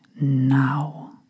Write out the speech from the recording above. now